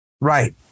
right